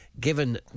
given